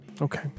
Okay